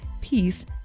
peace